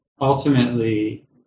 ultimately